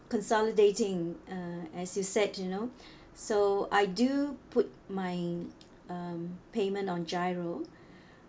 consolidating uh as you said you know so I do put my um payment on GIRO